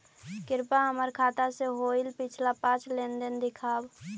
कृपा हमर खाता से होईल पिछला पाँच लेनदेन दिखाव